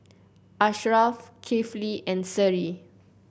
Ashraff Kifli and Seri